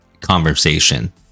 conversation